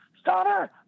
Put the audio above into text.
Stunner